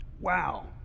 Wow